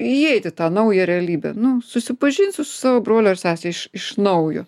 įeit į tą naują realybę nu susipažinsiu su savo broliu ar sese iš iš naujo